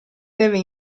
deve